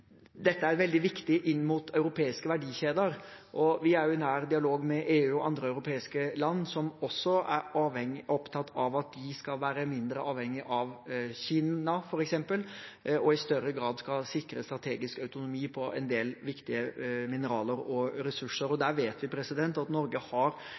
dette er veldig viktig inn mot europeiske verdikjeder, og vi er i nær dialog med EU og andre europeiske land som også er opptatt av at de skal være mindre avhengig av Kina f.eks., og i større grad skal sikre strategisk autonomi på en del viktige mineraler og ressurser. Og der vet vi at Norge har